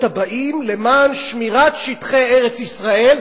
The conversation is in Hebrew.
הבאים למען שמירת שטחי ארץ-ישראל,